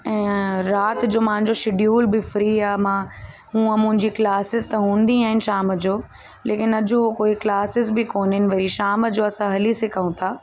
ऐं राति जो मुंहिंजो शिड्यूल बि फ़्री आहे मां हूअं मुंहिंजी क्लासिस त हूंदी आहिनि शाम जो लेकिन अॼु हो कोई क्लासिस बि कोन आहिनि वरी शाम जो असां हली सघूं था